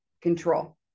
control